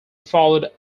followed